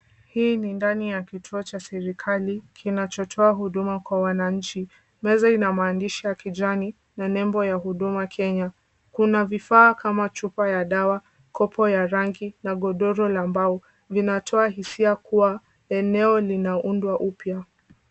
Hii ni ndani ya kituo cha serekali kinachotoa huduma kwa wananchi. Meza ina maandishi ya kijani na nembo ya huduma Kenya. Kuna vifaa kama chupa ya dawa, kopo ya rangi na godoro la mbao vinatoa hisia kuwa eneo linaundwa upya.